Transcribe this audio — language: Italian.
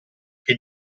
che